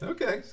Okay